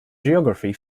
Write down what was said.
geography